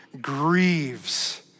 grieves